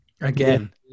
Again